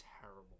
terrible